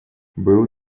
был